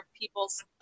people's